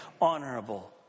honorable